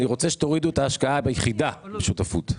אני רוצה שתורידו את ההשקעה ביחידה בשותפות,